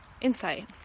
insight